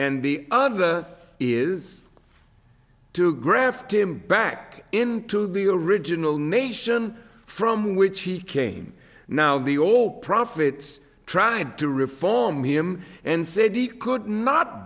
and the other is to graft him back into the original nation from which he came now the all profits tried to reform him and said he could not